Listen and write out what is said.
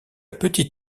petite